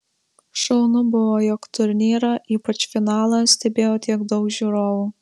šaunu buvo jog turnyrą ypač finalą stebėjo tiek daug žiūrovų